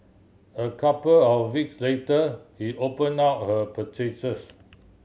a couple of weeks later he open down her purchases